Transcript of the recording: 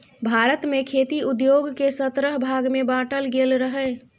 भारत मे खेती उद्योग केँ सतरह भाग मे बाँटल गेल रहय